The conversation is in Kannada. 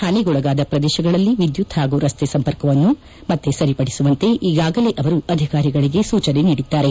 ಪಾನಿಗೊಳಗಾದ ಪ್ರದೇಶಗಳಲ್ಲಿ ವಿದ್ಯುತ್ ಪಾಗೂ ರಸ್ತೆ ಸಂಪರ್ಕವನ್ನು ಸರಿಪಡಿಸುವಂತೆ ಈಗಾಗಲೇ ಅವರು ಅಧಿಕಾರಿಗಳಿಗೆ ಸೂಚನೆ ನೀಡಿದ್ದಾರೆ